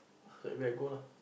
I say where go lah